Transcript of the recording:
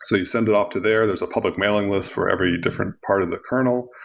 so you send it off to there, there's a public mailing list for every different part of the kernel.